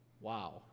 Wow